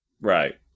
right